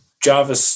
Java